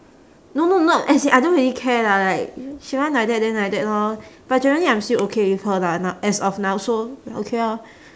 no no no as in I don't really care lah like she want like that then like that lor but generally I'm still okay with her lah no~ as of now so okay lor